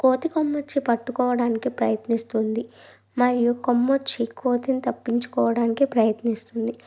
కోతి కొమ్మచ్చి పట్టుకోవడానికి ప్రయత్నిస్తుంది మరియు కొమ్మొచ్చి కోతిని తప్పించుకోవడానికి ప్రయత్నిస్తుంది